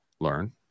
learn